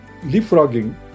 leapfrogging